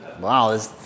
Wow